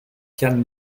can